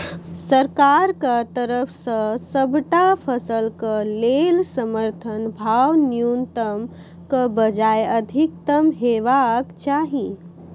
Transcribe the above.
सरकारक तरफ सॅ सबटा फसलक लेल समर्थन भाव न्यूनतमक बजाय अधिकतम हेवाक चाही?